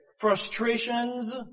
frustrations